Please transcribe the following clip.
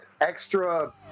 extra